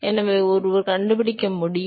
எனவே ஒருவர் கண்டுபிடிக்க முடியும்